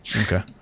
Okay